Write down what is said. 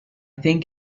think